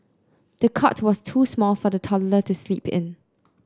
the cot was too small for the toddler to sleep in